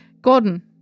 Gordon